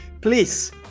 please